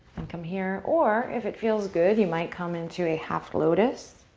and come here or, if it feels good, you might come into a half lotus.